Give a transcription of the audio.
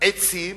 עצים